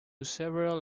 several